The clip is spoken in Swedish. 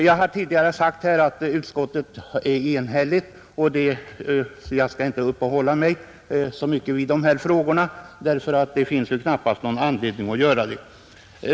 Jag har tidigare sagt att utskottets betänkande är enhälligt, och jag skall därför inte nu uppehålla mig mycket vid dessa frågor; det finns knappast någon anledning att göra det.